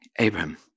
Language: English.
Abraham